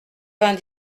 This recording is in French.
vingt